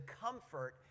comfort